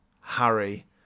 Harry